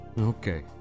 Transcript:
Okay